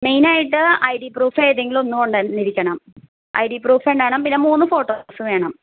മെയിനായിട്ട് I D proof ഏതെങ്കിലും ഒന്നു കൊണ്ടു വന്നിരിക്കണം ഐ ഡി പ്രൂഫ് ഉണ്ടാകണം പിന്നെ മൂന്ന് ഫോട്ടോസ് വേണം